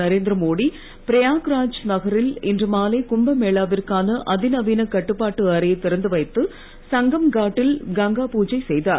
நரேந்திரமோடி பிரயாக்ராஜ் நகரில் இன்று மாலை கும்பமேளாவிற்கான அதிநவீன கட்டுப்பாட்டு அறையை திறந்து வைத்து சங்கம் காட் டில் கங்கா பூஜை செய்தார்